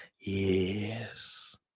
Yes